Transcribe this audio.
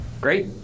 great